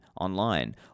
online